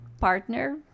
partner